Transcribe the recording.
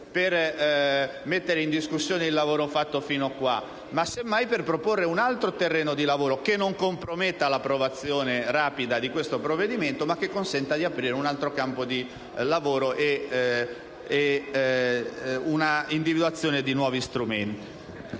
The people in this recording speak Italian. per mettere in discussione il lavoro fatto fin qua, ma semmai per proporre un altro terreno di lavoro, che non comprometta l'approvazione rapida di questo provvedimento, ma che consenta di aprire un altro campo di lavoro e di individuare nuovi strumenti.